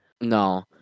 No